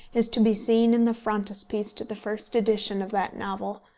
is to be seen in the frontispiece to the first edition of that novel,